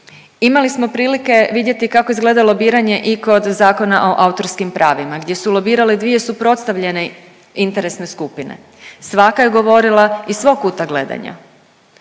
Imali smo prilike vidjeti kako je izgledalo lobiranje i kod Zakona o autorskim pravima gdje su lobirale dvije suprotstavljene interesne skupine. Svaka je govorila iz svog kuta gledanja.